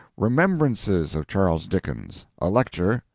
remembrances of charles dickens. a lecture.